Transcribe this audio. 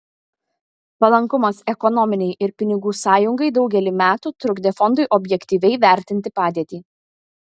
palankumas ekonominei ir pinigų sąjungai daugelį metų trukdė fondui objektyviai vertinti padėtį